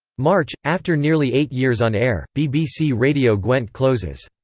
march after nearly eight years on air, bbc radio gwent closes.